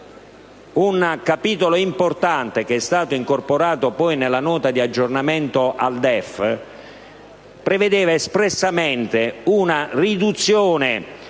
un capitolo importante, incorporato poi nella Nota di aggiornamento del DEF, prevedeva espressamente una riduzione